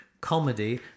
comedy